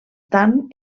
tant